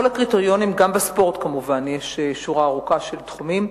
גם בספורט, כמובן, יש שורה ארוכה של תחומים.